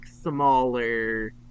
smaller